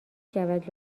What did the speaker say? شود